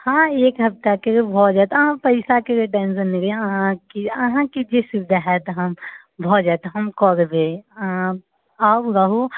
हँ एक हफ्ताके लेल भऽ जायत अहाँ पैसाके लिए टेंशन नहि लिअ अहाँ कि अहाँके जे सुविधा होयत हम भऽ जायत हम कऽ देबै अहाँ आउ रहु